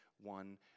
one